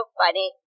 funny